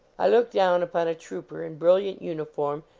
i look down upon a trooper in brilliant uniform,